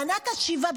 מענק השיבה,